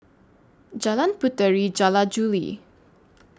Jalan Puteri Jula Juli